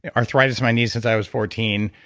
arthritis in my knees since i was fourteen,